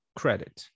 credit